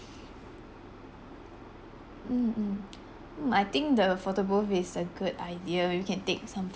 mm mm I think the photo booth is a good idea we can take some